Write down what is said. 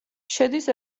შედის